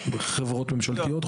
חברות ממשלתיות,